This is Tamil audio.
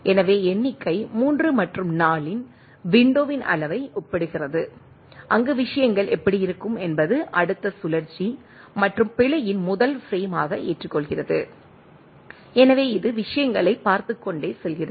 எனவே எண்ணிக்கை 3 மற்றும் 4 இன் விண்டோவின் அளவை ஒப்பிடுகிறது அங்கு விஷயங்கள் எப்படி இருக்கும் என்பது அடுத்த சுழற்சி மற்றும் பிழையின் முதல் பிரேமாக ஏற்றுக்கொள்கிறது எனவே இது விஷயங்களைப் பார்த்துக் கொண்டே செல்கிறது